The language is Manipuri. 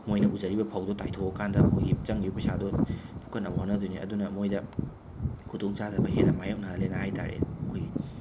ꯃꯣꯏꯅ ꯎꯖꯔꯤꯕ ꯐꯧꯗꯨ ꯇꯥꯏꯊꯣꯛꯑꯀꯥꯟꯗ ꯃꯣꯏꯒꯤ ꯆꯪꯒꯤꯕ ꯄꯩꯁꯥꯗꯣ ꯐꯨꯛꯠꯅꯕ ꯍꯣꯠꯅꯗꯨꯏꯅꯤ ꯑꯗꯨꯅ ꯃꯣꯏꯗ ꯈꯨꯗꯣꯡ ꯆꯥꯗꯕ ꯍꯦꯟꯅ ꯃꯥꯌꯣꯛꯅꯍꯜꯟꯂꯦꯅ ꯍꯥꯏ ꯇꯥꯔꯦ ꯑꯈꯣꯏꯒꯤ